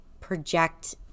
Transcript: project